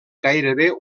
gairebé